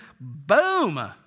boom